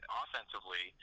offensively